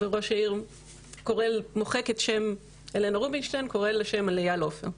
וראש העיר מוחק את שם הלנה רובינשטיין קורא על שם אייל עופר.